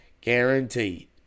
Guaranteed